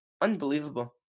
Unbelievable